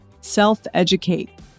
self-educate